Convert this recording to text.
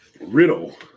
Riddle